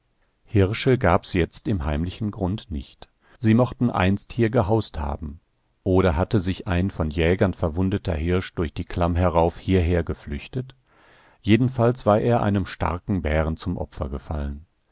hirsche gab's jetzt im heimlichen grund nicht sie mochten einst hier gehaust haben oder hatte sich ein von jägern verwundeter hirsch durch die klamm herauf hierher geflüchtet jedenfalls war er einem starken bären zum opfer gefallen